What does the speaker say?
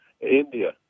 India